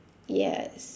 yes